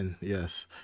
Yes